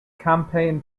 campaign